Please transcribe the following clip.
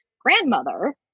grandmother